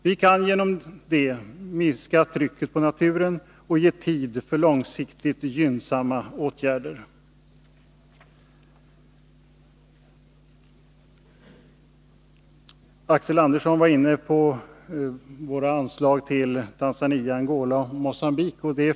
Vi kan genom livsmedelsbistånd minska trycket på naturen och ge tid för långsiktigt gynnsamma åtgärder. Axel Andersson berörde våra anslag till Tanzania, Angola och Mogambique.